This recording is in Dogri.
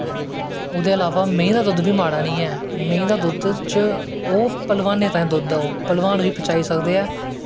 ओह्दे इलावा मैंहीं दा दुध्द बी माड़ा नी ऐ मैहीं दे दुद्द च ओह् पलवानें तांई दुद्द ऐ पलवान पचाई सकदे ऐं ओह्